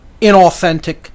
inauthentic